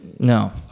No